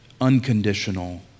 unconditional